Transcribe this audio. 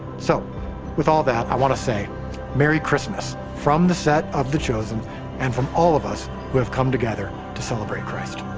so with all that i wanna say merry christmas from the set of the chosen and from all of us who have come together to celebrate christ.